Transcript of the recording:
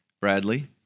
Bradley